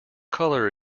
colour